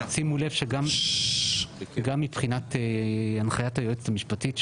שימו לב שגם מבחינת הנחיית היועצת המשפטית,